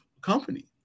company